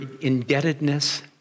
indebtedness